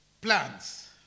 plans